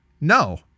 No